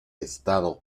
estado